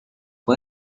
fue